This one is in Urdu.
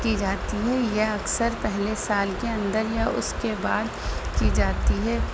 کی جاتی ہے یہ اکثر پہلے سال کے اندر یا اس کے بعد کی جاتی ہے